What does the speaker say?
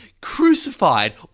crucified